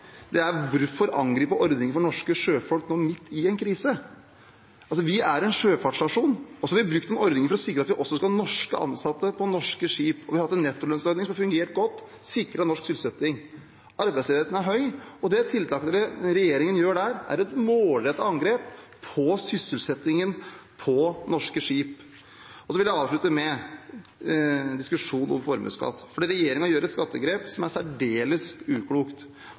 Hvorfor angripe ordningene for norske sjøfolk nå, midt i en krise? Vi er en sjøfartsnasjon, og så har vi brukt noen ordninger for å sikre at vi også skal ha norske ansatte på norske skip. Vi har hatt en nettolønnsordning som har fungert godt, og som har sikret norsk sysselsetting. Arbeidsledigheten er høy, og de tiltakene regjeringen gjør der, er et målrettet angrep på sysselsettingen på norske skip. Så vil jeg avslutte med en diskusjon om formuesskatt, for denne regjeringen gjør et skattegrep som er særdeles uklokt.